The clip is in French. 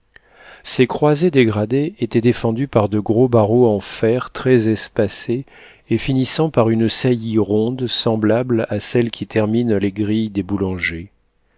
ces croisées dégradées étaient défendues par de gros barreaux en fer très espacés et finissant par une saillie ronde semblable à celle qui termine les grilles des boulangers